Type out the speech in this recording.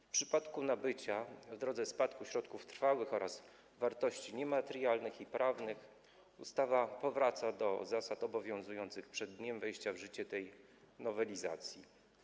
W przypadku nabycia w drodze spadku środków trwałych oraz wartości niematerialnych i prawnych ustawa powraca do zasad obowiązujących przed dniem wejścia w życie tej nowelizacji.